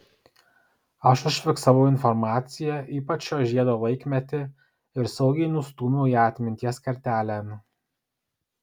aš užfiksavau informaciją ypač šio žiedo laikmetį ir saugiai nustūmiau ją atminties kertelėn